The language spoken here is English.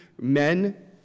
Men